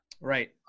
right